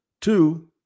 Two